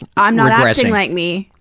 and i'm not acting like me.